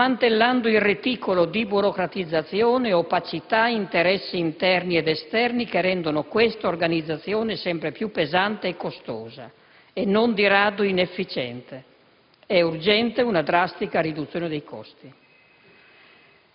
smantellando il reticolo di burocratizzazione, opacità e interessi interni ed esterni che rendono questa organizzazione sempre più pesante e costosa, e non di rado inefficiente. È urgente una drastica riduzione dei costi.